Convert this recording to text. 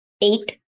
eight